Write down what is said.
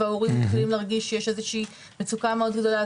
וההורים מתחילים להרגיש שיש מצוקה מאוד גדולה,